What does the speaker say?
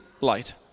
light